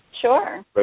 Sure